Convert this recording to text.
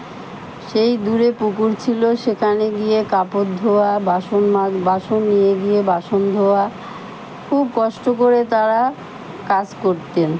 সেই দূরে পুকুর ছিলো সেখানে গিয়ে কাপড় ধোয়া বাসন বাসন নিয়ে গিয়ে বাসন ধোয়া খুব কষ্ট করে তারা কাজ করতেন